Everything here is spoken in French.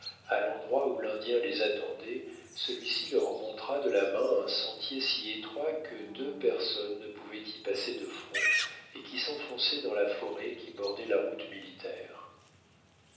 à l'endroit où l'indien les attendait celui-ci leur montra de la main un sentier si étroit que deux personnes ne pouvaient y passer de front et qui s'enfonçait dans la forêt qui bordait la route militaire